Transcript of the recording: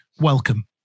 Welcome